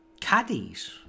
caddies